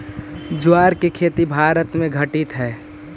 ज्वार के खेती भारत में घटित हइ